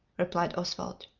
replied oswald.